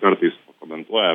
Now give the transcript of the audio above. kartais pakomentuoja